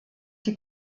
die